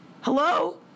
Hello